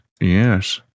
yes